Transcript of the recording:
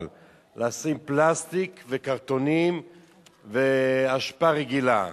לשים פלסטיק וקרטונים ואשפה רגילה.